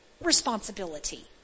Responsibility